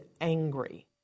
angry